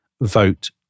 vote